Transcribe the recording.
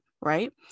right